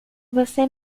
você